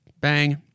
bang